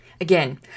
Again